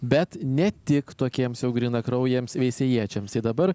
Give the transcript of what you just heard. bet ne tik tokiems jau grynakraujams veisiejiečiams tai dabar